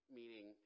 meaning